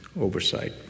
oversight